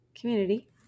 community